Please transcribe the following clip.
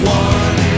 one